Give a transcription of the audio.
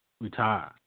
retire